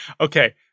okay